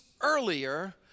earlier